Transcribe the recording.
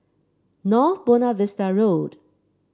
North Buona Vista Road